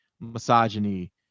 misogyny